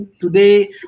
today